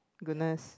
goodness